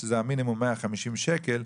שזה מינימום 150 שקל.